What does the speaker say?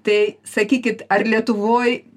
tai sakykit ar lietuvoj